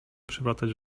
przewracać